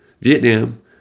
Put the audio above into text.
Vietnam